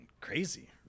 Crazy